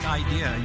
idea